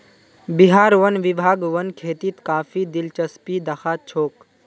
बिहार वन विभाग वन खेतीत काफी दिलचस्पी दखा छोक